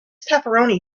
pepperoni